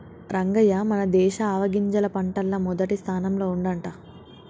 రంగయ్య మన దేశం ఆవాలగింజ పంటల్ల మొదటి స్థానంల ఉండంట